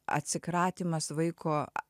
atsikratymas vaiko